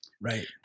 Right